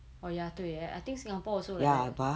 oh ya 对 leh I think singapore also like that